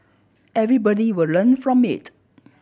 everybody will learn from it